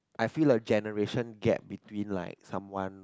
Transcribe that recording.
I feel like generation gap between like someone